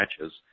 matches